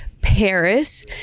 Paris